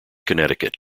connecticut